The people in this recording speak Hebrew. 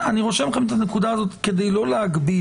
אני רושם לכם את הנקודה הזאת כדי לא להגביל.